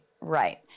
right